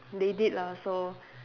they did lah so